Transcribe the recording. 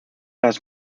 las